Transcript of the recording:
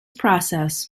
process